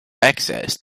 accessed